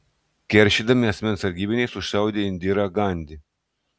keršydami asmens sargybiniai sušaudė indirą gandi